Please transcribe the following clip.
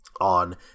on